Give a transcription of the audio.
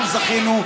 אנחנו זכינו.